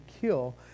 kill